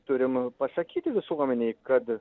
turim pasakyti visuomenei kad